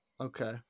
okay